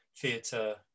theatre